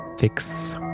Fix